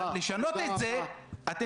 ולתת ליולי אדלשטיין את ההצלחה של התרגיל שהוא